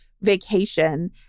vacation